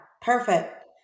perfect